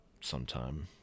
sometime